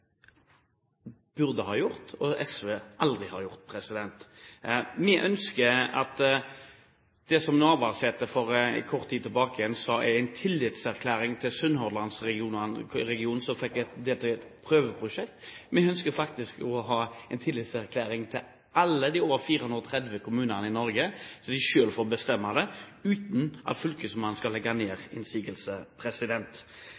burde ha gjort, og SV aldri har gjort. Når det gjelder det som statsråd Navarsete for kort tid tilbake sa er en tillitserklæring til Sunnhordland-regionen, som fikk dette som et prøveprosjekt, ønsker vi faktisk at alle de over 430 kommunene i Norge skal få en tillitserklæring, slik at de selv får bestemme det, uten at fylkesmannen skal